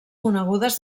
conegudes